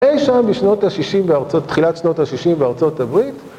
אי שם... תחילת שנות ה-60 בארצות הברית